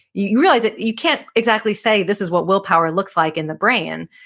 you realize that you can't exactly say, this is what willpower looks like in the brain,